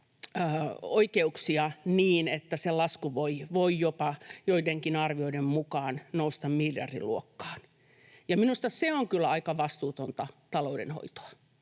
oikeuksia niin, että se lasku voi joidenkin arvioiden mukaan nousta jopa miljardiluokkaan. Minusta se on kyllä aika vastuutonta taloudenhoitoa.